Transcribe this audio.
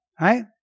Right